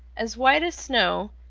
as white as snow,